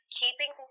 keeping